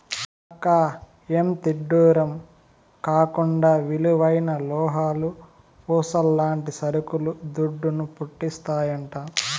అక్కా, ఎంతిడ్డూరం కాకుంటే విలువైన లోహాలు, పూసల్లాంటి సరుకులు దుడ్డును, పుట్టిస్తాయంట